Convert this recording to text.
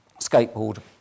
skateboard